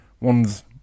one's